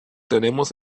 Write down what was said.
tenemos